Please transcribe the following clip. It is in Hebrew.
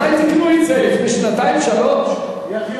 מתי תיקנו את זה, לפני שנתיים, שלוש שנים?